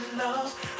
love